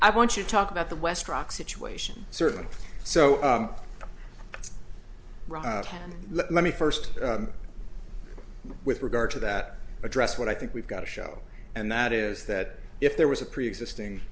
i want you to talk about the west rock situation certainly so let me first with regard to that address what i think we've got to show and that is that if there was a preexisting